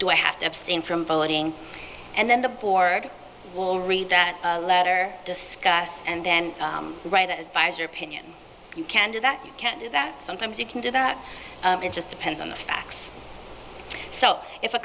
do i have to abstain from voting and then the board will read the letter discuss and then write that your opinion you can do that you can't do that sometimes you can do that it just depends on the facts so if a